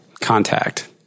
contact